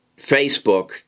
Facebook